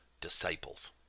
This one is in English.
disciples